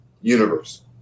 universe